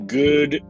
good